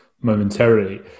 momentarily